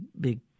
big